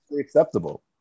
acceptable